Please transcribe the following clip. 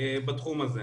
בתחום הזה.